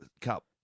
Cup